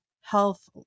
health